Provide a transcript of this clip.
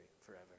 forever